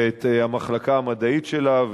ולמחלקה המדעית שלה,